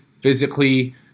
physically